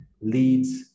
leads